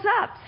up